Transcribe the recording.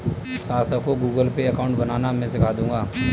सार्थक को Google Pay account बनाना मैं सीखा दूंगा